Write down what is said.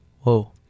Whoa